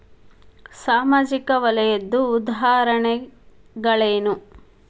ಸಾಮಾಜಿಕ ವಲಯದ್ದು ಉದಾಹರಣೆಗಳೇನು?